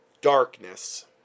darkness